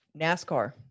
NASCAR